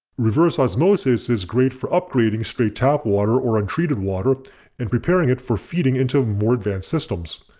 reverse osmosis is great for upgrading straight tap water or untreated water and preparing it for feeding into more advanced systems.